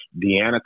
Deanna